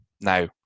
Now